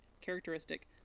characteristic